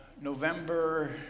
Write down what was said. November